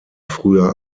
früher